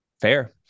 fair